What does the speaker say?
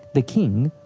the king,